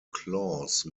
clause